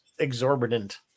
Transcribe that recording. Exorbitant